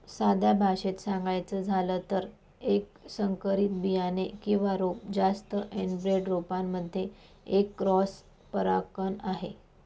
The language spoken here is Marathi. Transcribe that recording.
साध्या भाषेत सांगायचं झालं तर, एक संकरित बियाणे किंवा रोप जास्त एनब्रेड रोपांमध्ये एक क्रॉस परागकण आहे